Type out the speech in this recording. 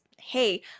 hey